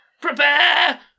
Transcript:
Prepare